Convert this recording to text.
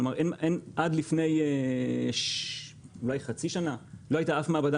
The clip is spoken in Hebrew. כלומר: עד לפני אולי חצי שנה לא הייתה אף מעבדה